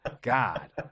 God